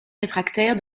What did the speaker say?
réfractaires